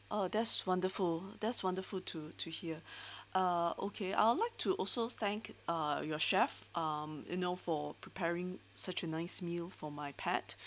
oh that's wonderful that's wonderful to to hear uh okay I'll like to also thank uh your chef um you know for preparing such a nice meal for my pet